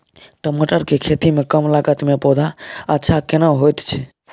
टमाटर के खेती में कम लागत में पौधा अच्छा केना होयत छै?